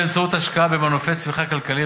באמצעות השקעה במנופי צמיחה כלכליים,